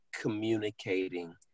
communicating